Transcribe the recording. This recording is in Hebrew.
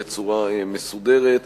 בצורה מסודרת,